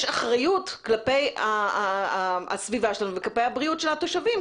יש אחריות כלפי הסביבה שלנו וכלפי הבריאות של התושבים.